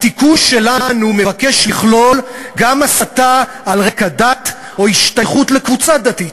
התיקון שלנו מבקש לכלול גם הסתה על רקע דת או השתייכות לקבוצה דתית.